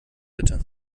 bitte